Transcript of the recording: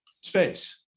space